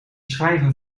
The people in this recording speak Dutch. schrijver